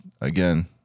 again